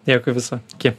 dėkui viso iki